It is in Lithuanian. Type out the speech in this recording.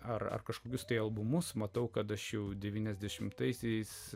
ar kažkokius tai albumus matau kad aš jau devyniasdešimtaisiais